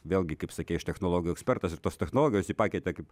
vėlgi kaip sakei aš technologijų ekspertas ir tos technologijos jį pakeitė kaip